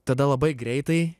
tada labai greitai